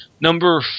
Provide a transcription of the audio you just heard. Number